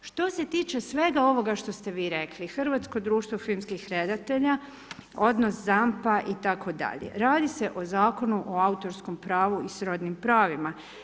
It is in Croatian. Što se tiče svega ovoga što ste vi rekli, hrvatskog društva filmskih redatelja, odnos ZAMP-a itd. radi se o Zakonu o autorskom pravu i srodnim pravima.